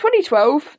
2012